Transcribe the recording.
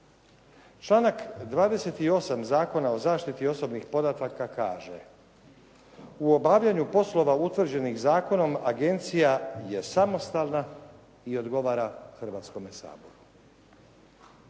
Članak 28. Zakona o zaštiti osobnih podataka kaže: "U obavljanju poslova utvrđenih zakonom, Agencija je samostalna i odgovara Hrvatskome saboru."